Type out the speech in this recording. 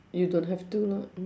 you don't have to lah